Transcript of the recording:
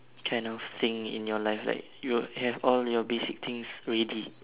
kind of thing in your life like you have all your basic things ready